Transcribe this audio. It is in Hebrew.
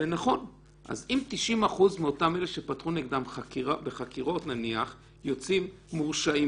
אז אם 90% מאלה שפתחו נגדם בחקירות יוצאים מורשעים